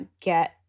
get